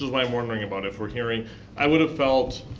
like i'm wondering about it for hearing i would've felt